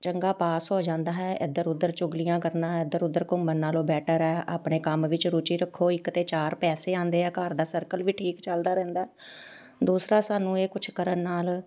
ਚੰਗਾ ਪਾਸ ਹੋ ਜਾਂਦਾ ਹੈ ਇੱਧਰ ਉੱਧਰ ਚੁਗਲੀਆਂ ਕਰਨਾ ਇੱਧਰ ਉੱਧਰ ਘੁੰਮਣ ਨਾਲੋਂ ਬੈਟਰ ਹੈ ਆਪਣੇ ਕੰਮ ਵਿੱਚ ਰੁਚੀ ਰੱਖੋ ਇੱਕ ਤਾਂ ਚਾਰ ਪੈਸੇ ਆਉਂਦੇ ਹੈ ਘਰ ਦਾ ਸਰਕਲ ਵੀ ਠੀਕ ਚੱਲਦਾ ਰਹਿੰਦਾ ਦੂਸਰਾ ਸਾਨੂੰ ਇਹ ਕੁਛ ਕਰਨ ਨਾਲ